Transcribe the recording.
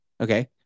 Okay